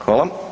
Hvala.